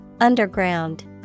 Underground